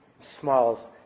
smiles